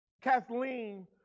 Kathleen